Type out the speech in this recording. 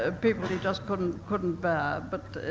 ah people he just couldn't couldn't bear. but